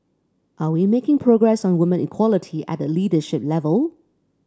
are we making progress on women equality at the leadership level